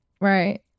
Right